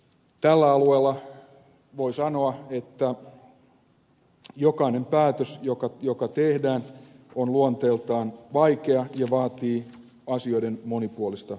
tällä alueella voi sanoa että jokainen päätös joka tehdään on luonteeltaan vaikea ja vaatii asioiden monipuolista punnintaa